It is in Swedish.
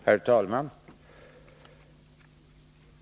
Herr talman!